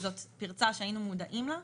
זאת פרצה שהיינו מודעים לה.